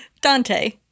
Dante